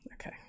Okay